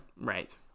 right